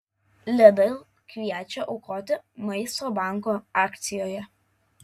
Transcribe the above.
lidl kviečia aukoti maisto banko akcijoje